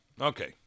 Okay